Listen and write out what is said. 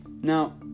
Now